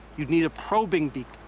you'd need a probing beak.